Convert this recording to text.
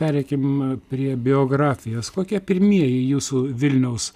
pereikim prie biografijos kokie pirmieji jūsų vilniaus